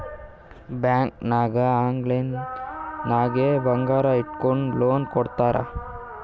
bank ನಾಗ್ online ನಾಗೆ ಬಂಗಾರ್ ಇಟ್ಗೊಂಡು ಲೋನ್ ಕೊಡ್ತಾರ್